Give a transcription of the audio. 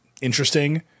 interesting